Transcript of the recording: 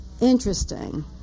interesting